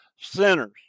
sinners